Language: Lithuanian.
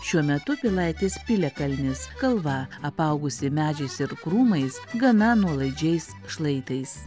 šiuo metu pilaitės piliakalnis kalva apaugusi medžiais ir krūmais gana nuolaidžiais šlaitais